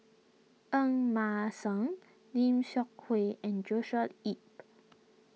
Ng Mah Seng Lim Seok Hui and Joshua Ip